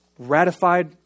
ratified